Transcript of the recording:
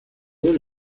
del